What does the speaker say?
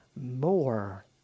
more